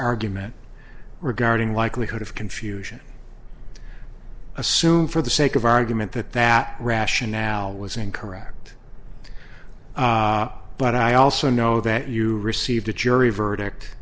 argument regarding likelihood of confusion assume for the sake of argument that that rationale was incorrect but i also know that you received a jury verdict